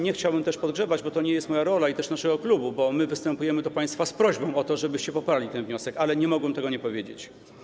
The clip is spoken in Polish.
Nie chciałbym też podgrzewać atmosfery, bo to nie jest moja rola ani naszego klubu, bo my występujemy do państwa z prośbą o to, żebyście poparli ten wniosek, ale nie mogłem tego nie powiedzieć.